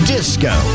Disco